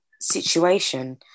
situation